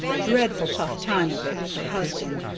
dreadful tough time of it with her husband,